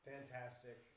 Fantastic